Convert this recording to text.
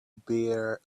bare